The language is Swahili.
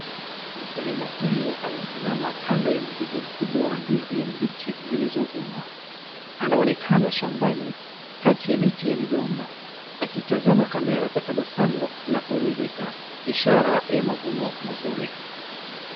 Mkulima huyu amesimama kando ya mzigo mkubwa wa ndizi mbichi zilizovunwa. Anaonekana shambani kati ya miti ya migomba akitazama kamera kwa tabasamu la kuridhika, ishara ya mavuno mazuri.